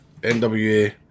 NWA